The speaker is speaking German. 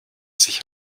sich